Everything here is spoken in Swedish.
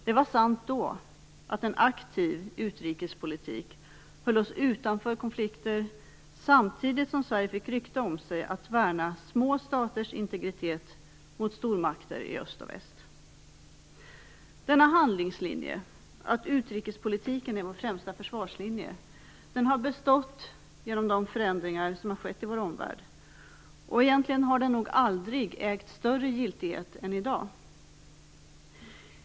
Det var sant att en aktiv utrikespolitik då höll oss utanför konflikter, samtidigt som Sverige fick rykte om sig att värna små staters integritet mot stormakter i öst och väst. Denna handlingslinje, att utrikespolitiken är vår främsta försvarslinje, har bestått genom de förändringar som har skett i vår omvärld. Egentligen har den nog aldrig ägt större giltighet än i dag.